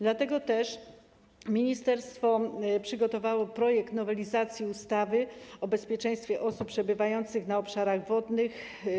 Dlatego też ministerstwo przygotowało projekt nowelizacji ustawy o bezpieczeństwie osób przebywających na obszarach wodnych.